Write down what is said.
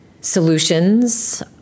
solutions